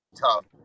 tough